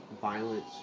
violence